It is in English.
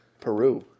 Peru